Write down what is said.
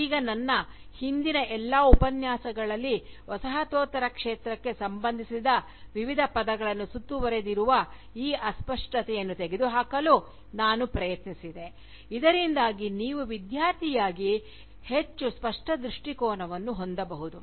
ಈಗ ನನ್ನ ಹಿಂದಿನ ಎಲ್ಲಾ ಉಪನ್ಯಾಸಗಳಲ್ಲಿ ವಸಾಹತೋತ್ತರ ಕ್ಷೇತ್ರಕ್ಕೆ ಸಂಬಂಧಿಸಿದ ವಿವಿಧ ಪದಗಳನ್ನು ಸುತ್ತುವರೆದಿರುವ ಈ ಅಸ್ಪಷ್ಟತೆಯನ್ನು ತೆಗೆದುಹಾಕಲು ನಾನು ಪ್ರಯತ್ನಿಸಿದೆ ಇದರಿಂದಾಗಿ ನೀವು ವಿದ್ಯಾರ್ಥಿಯಾಗಿ ಹೆಚ್ಚು ಸ್ಪಷ್ಟ ದೃಷ್ಟಿಕೋನವನ್ನು ಹೊಂದಬಹುದು